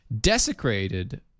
Desecrated